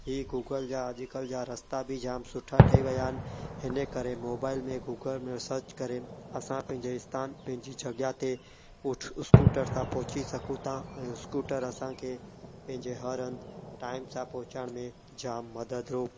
इहे गूगल जा अॼुकल्ह जा रस्ता बि जाम सुठा ठही विया आहिनि हिन करे मोबाइल में गूगल में सर्च करे असां पंहिंजे स्थान पंहिंजी जॻह ते उट स्कूटर तां पहुची सघूं था ऐं स्कूटर असांखे पंहिंजे हर हंधु टाइम सां पहुचाइण में जाम मददूं